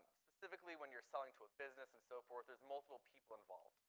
specifically, when you're selling to a business and so forth, there's multiple people involved.